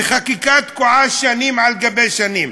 וחקיקה תקועה שנים על גבי שנים.